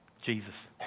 Jesus